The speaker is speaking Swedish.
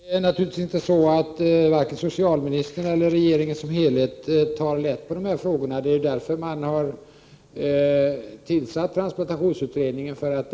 Herr talman! Naturligtvis tar varken socialministern eller regeringen som helhet lätt på de här frågorna. Det är därför transplantationsutredningen har tillsatts.